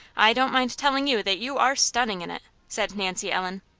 i don't mind telling you that you are stunning in it, said nancy ellen.